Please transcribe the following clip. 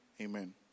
Amen